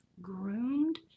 groomed